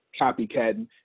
copycatting